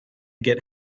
get